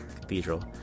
Cathedral